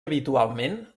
habitualment